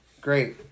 great